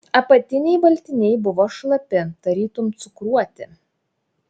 apatiniai baltiniai buvo šlapi tarytum cukruoti